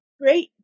great